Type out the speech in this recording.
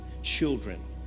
Children